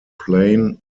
plane